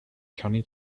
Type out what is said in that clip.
county